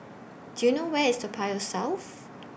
Do YOU know Where IS Toa Payoh South